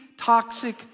toxic